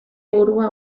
burua